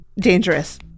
Dangerous